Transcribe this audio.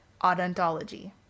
odontology